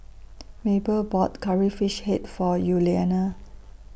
Mable bought Curry Fish Head For Yuliana